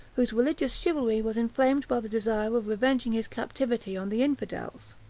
whose religious chivalry was inflamed by the desire of revenging his captivity on the infidels.